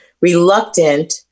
Reluctant